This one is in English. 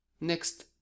next